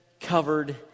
covered